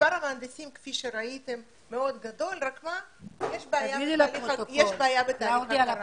מספר המהנדסים כפי שראיתם מאוד גדול אלא שיש בעיה בתהליך ההכרה.